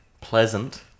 pleasant